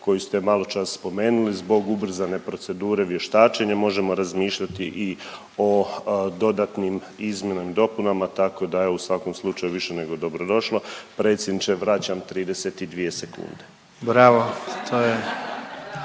koju ste maločas spomenuli zbog ubrzane procedure vještačenja možemo razmišljati i o dodatnim izmjenama i dopunama, tako da evo u svakom slučaju je više nego dobrodošla. Predsjedniče, vraćam 32 sekunde. **Jandroković,